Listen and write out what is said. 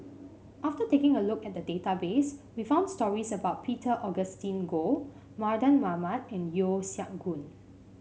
after taking a look at the database we found stories about Peter Augustine Goh Mardan Mamat and Yeo Siak Goon